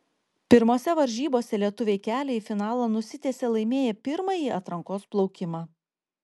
pirmose varžybose lietuviai kelią į finalą nusitiesė laimėję pirmąjį atrankos plaukimą